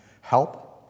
help